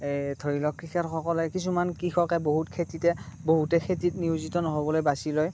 ধৰি লওক কৃষকসকলে কিছুমান কৃষকে বহুত খেতিতে বহুতে খেতিত নিয়োজিত নহ'বলৈ বাচি লয়